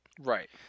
right